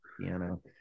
piano